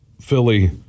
Philly